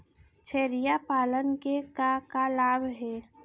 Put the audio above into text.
छेरिया पालन के का का लाभ हे?